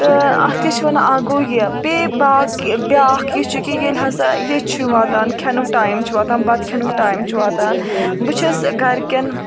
تہٕ اَتھ کیاہ چھِ ونان اَکھ گوٚو یہِ بیٚیہِ باکھ بیاکھ یہِ چھُ کہِ ییٚلہِ ہسا یہِ چھُ واتان کھٮ۪نُک ٹایم چھُ واتان بَتہٕ کھٮ۪نُک ٹایم چھُ واتان بہٕ چھس گَرِکٮ۪ن